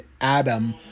Adam